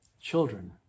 children